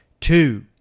Two